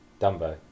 dumbo